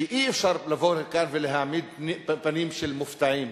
שאי-אפשר לבוא לכאן ולהעמיד פנים של מופתעים.